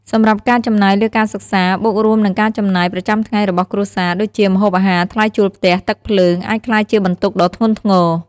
សម្រាប់ការចំណាយលើការសិក្សា បូករួមនឹងការចំណាយប្រចាំថ្ងៃរបស់គ្រួសារ ដូចជា ម្ហូបអាហារ ថ្លៃជួលផ្ទះ ទឹកភ្លើង អាចក្លាយជាបន្ទុកដ៏ធ្ងន់ធ្ងរ។